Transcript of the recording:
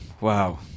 Wow